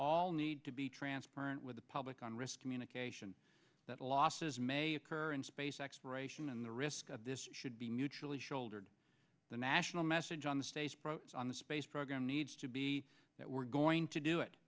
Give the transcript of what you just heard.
all need to be transparent with the public on risk communication that losses may occur in space exploration and the risk of this should be mutually shouldered the national message on the state on the space program needs to be that we're going to do it